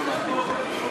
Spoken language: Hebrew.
חוק ומשפט